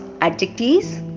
adjectives